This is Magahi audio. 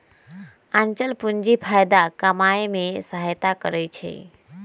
आंचल पूंजी फयदा कमाय में सहयता करइ छै